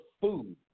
food